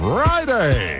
Friday